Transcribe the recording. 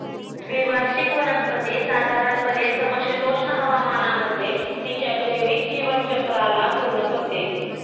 द्विवार्षिक वनस्पती साधारणपणे समशीतोष्ण हवामानामध्ये तिच्या जैविक जीवनचक्राला पूर्ण करते